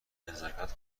نزاکت